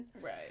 Right